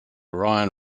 ryan